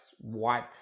wipe